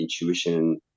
intuition